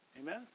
amen